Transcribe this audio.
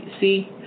see